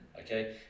okay